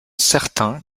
certain